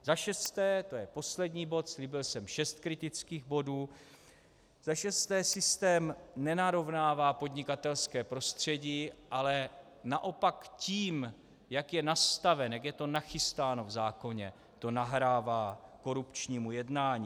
Za šesté, to je poslední bod, slíbil jsem šest kritických bodů, za šesté systém nenarovnává podnikatelské prostředí, ale naopak tím, jak je nastaven, jak je to nachystáno v zákoně, to nahrává korupčnímu jednání.